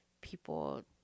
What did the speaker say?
people